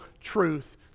truth